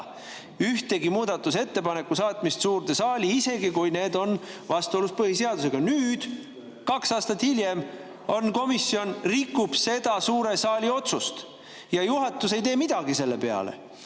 ühegi muudatusettepaneku saatmist suurde saali, isegi kui ettepanek on vastuolus põhiseadusega. Nüüd, kaks aastat hiljem komisjon rikub seda suure saali otsust ja juhatus ei tee selle peale